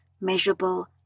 measurable